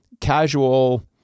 casual